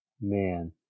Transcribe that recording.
Man